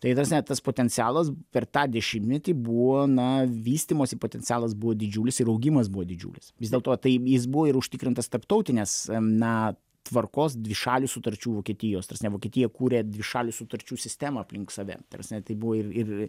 taita prasme tas potencialas per tą dešimtmetį buvo na vystymosi potencialas buvo didžiulis ir augimas buvo didžiulis vis dėlto taip jis buvo ir užtikrintas tarptautinės na tvarkos dvišalių sutarčių vokietijos ta prasme vokietija kūrė dvišalių sutarčių sistemą aplink save ta prasme tai buvo ir ir